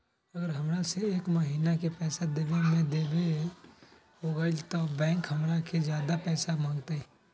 अगर हमरा से एक महीना के पैसा देवे में देरी होगलइ तब बैंक हमरा से ज्यादा पैसा मंगतइ?